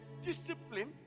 discipline